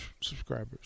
subscribers